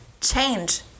Change